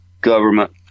government